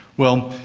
well,